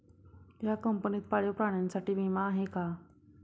या कंपनीत पाळीव प्राण्यांसाठी विमा आहे का?